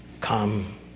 come